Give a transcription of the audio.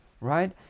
right